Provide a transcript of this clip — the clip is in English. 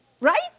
Right